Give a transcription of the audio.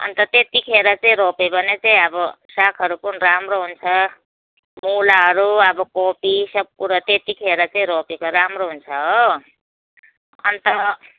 अन्त त्यत्तिखेर चाहिँ रोप्यो भने चाहिँ अब सागहरू पनि राम्रो हुन्छ मुलाहरू अब कोपी सब कुरा त्यतिखेर चाहिँ रोपेको राम्रो हुन्छ हो अन्त